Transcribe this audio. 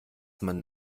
man